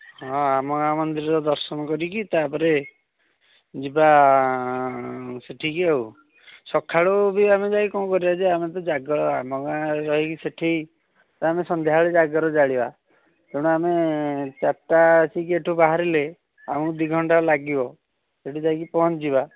ହଁ ଆମ ଗାଁ ମନ୍ଦିର ଦର୍ଶନ କରିକି ତା'ପରେ ଯିବା ସେଠିକି ଆଉ ସକାଳୁ ବି ଆମେ ଯାଇକି କ'ଣ କରିବା ଯେ ଆମେ ତ ଜାଗର ଆମ ଗାଁରେ ରହିକି ସେଠି ତ ଆମେ ସନ୍ଧ୍ୟାବେଳେ ଜାଗର ଜାଳିବା ତେଣୁ ଆମେ ଚାରିଟା ଆସିକି ଏଠୁ ବାହାରିଲେ ଆମକୁ ଦୁଇ ଘଣ୍ଟା ଲାଗିବ ସେଠି ଯାଇକି ପହଞ୍ଚିଯିବା